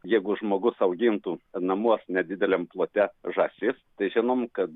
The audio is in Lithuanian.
jeigu žmogus augintų namuos nedideliam plote žąsis tai žinom kad